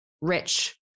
rich